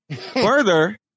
further